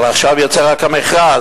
אבל עכשיו יצא רק המכרז.